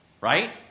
right